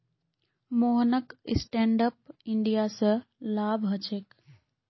मोहनक stand up India स लाभ ह छेक